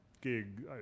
gig